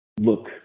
Look